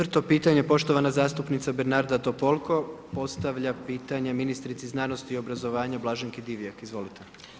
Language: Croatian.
Četvrto pitanje poštovana zastupnica Bernarda Topolko postavlja pitanje Ministrici znanosti i obrazovanja Blaženki Divjak, izvolite.